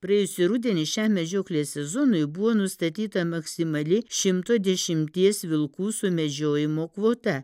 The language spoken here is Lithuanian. praėjusį rudenį šiam medžioklės sezonui buvo nustatyta maksimali šimto dešimties vilkų sumedžiojimo kvota